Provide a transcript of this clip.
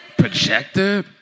projector